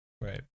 right